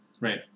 Right